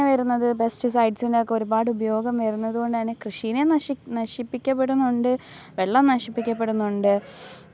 പിന്നെ വരുന്നത് പെസ്റ്റിസൈഡ്സിൻ്റെ ഒക്കെ ഒരുപാട് ഉപയോഗം വരുന്നത് കൊണ്ട് തന്നെ കൃഷിയെ നശിപ്പിക്കപ്പെടുന്നുണ്ട് വെള്ളം നശിപ്പിക്കപ്പെടുന്നുണ്ട്